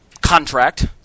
contract